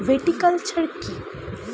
Viticulture কী?